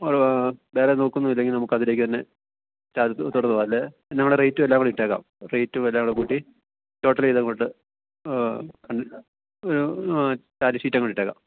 അത് വേറെ നോക്കുന്നുമില്ലെങ്കിൽ നമുക്ക് അതിലേക്ക് തന്നെ തുടർന്ന് പോകാമല്ലോ നമ്മുടെ റേയ്റ്റുമെല്ലാം കൂടി ഇട്ടേക്കാം റെയ്റ്റുമെല്ലാം കൂടെ കൂട്ടി ടോട്ടൽ ചെയ്തങ്ങോട്ട് ചാർജ് ഷീറ്റങ്ങോട്ട് ഇട്ടേക്കാം